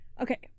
okay